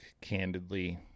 candidly